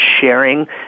sharing